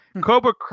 Cobra